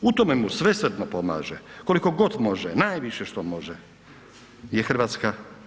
U tome mu svesrdno pomaže koliko god može, najviše što može je HRT.